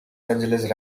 angeles